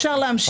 אפשר להמשיך.